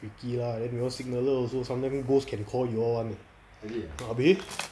freaky lah then we all signaller also sometime ghost can call you all [one] leh arbo